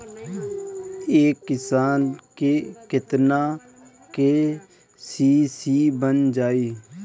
एक किसान के केतना के.सी.सी बन जाइ?